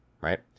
right